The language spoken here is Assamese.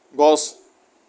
গছ